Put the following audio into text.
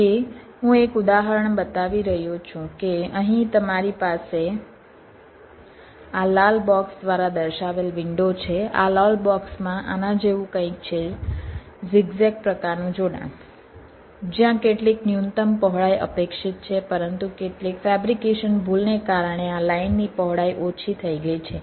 કે હું એક ઉદાહરણ બતાવી રહ્યો છું કે અહીં તમારી પાસે આ લાલ બોક્સ દ્વારા દર્શાવેલ વિન્ડો છે આ લાલ બોક્સમાં આના જેવું કંઈક છે ઝિગઝેગ પ્રકારનું જોડાણ જ્યાં કેટલીક ન્યૂનતમ પહોળાઈ અપેક્ષિત છે પરંતુ કેટલીક ફેબ્રિકેશન ભૂલને કારણે આ લાઇનની પહોળાઈ ઓછી થઈ ગઈ છે